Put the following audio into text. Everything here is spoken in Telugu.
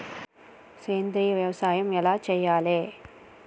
సేంద్రీయ వ్యవసాయం ఎలా చెయ్యాలే?